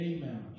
Amen